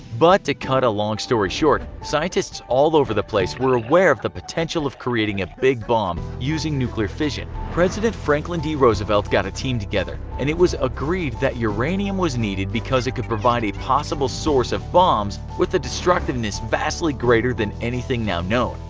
but to cut a long story short, scientists all over the place were aware of the potential of creating a big bomb using nuclear fission. president franklin d. roosevelt got a team together, and it was agreed that uranium was needed because it could provide a possible source of bombs with a destructiveness vastly greater than anything now known.